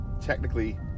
technically